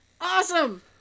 Awesome